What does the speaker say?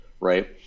right